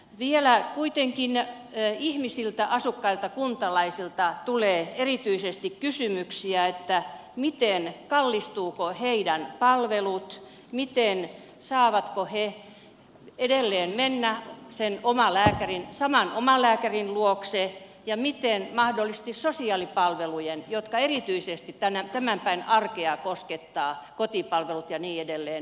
vielä kuitenkin ihmisiltä asukkailta kuntalaisilta tulee erityisesti kysymyksiä kallistuvatko heidän palvelunsa saavatko he edelleen mennä sen saman omalääkärin luokse ja heikkenevätkö mahdollisesti sosiaalipalvelut jotka erityisesti tämän päivän arkea koskettavat kotipalvelut ja niin edelleen